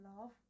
love